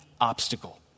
obstacle